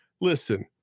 Listen